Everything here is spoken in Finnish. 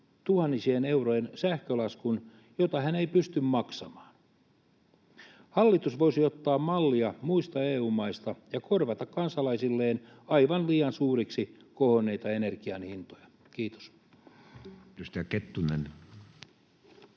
tuhansien eurojen sähkölaskun, jota hän ei pysty maksamaan. Hallitus voisi ottaa mallia muista EU-maista ja korvata kansalaisilleen aivan liian suuriksi kohonneita energianhintoja. — Kiitos.